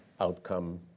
outcome